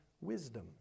wisdom